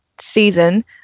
season